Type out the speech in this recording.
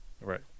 Right